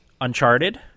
Uncharted